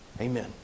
Amen